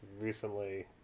recently